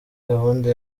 gahunda